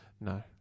No